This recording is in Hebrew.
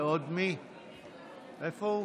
איפה הוא?